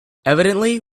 evidently